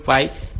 5 છે